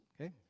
Okay